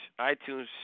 iTunes